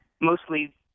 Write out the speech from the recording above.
mostly